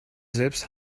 selbst